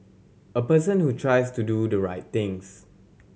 a person who tries to do the right things